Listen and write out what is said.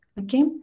Okay